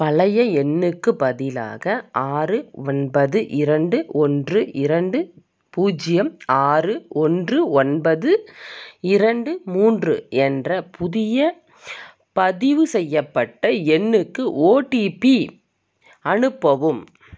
பழைய எண்ணுக்குப் பதிலாக ஆறு ஒன்பது இரண்டு ஒன்று இரண்டு பூஜ்ஜியம் ஆறு ஒன்று ஒன்பது இரண்டு மூன்று என்ற புதிய பதிவு செய்யப்பட்ட எண்ணுக்கு ஓடிபி அனுப்பவும்